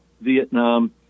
Vietnam